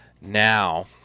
now